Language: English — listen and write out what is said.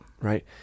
Right